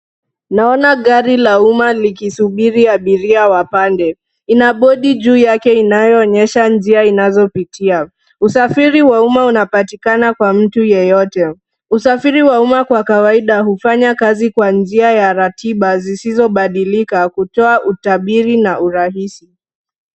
Naona gari la umma likisubiri abiria wapande. Ina bodi juu yake inayoonyesha njia inazopitia. Usafiri wa umma unapatikana kwa mtu yeyote. Usafiri wa umma kwa kawaida hufanya kazi kwa njia ya ratiba zisizobadilika, kutoa utabiri na urahisi.